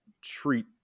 treat